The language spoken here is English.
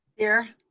here.